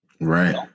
right